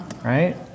Right